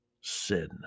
sin